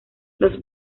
los